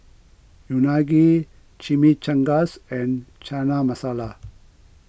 Unagi Chimichangas and Chana Masala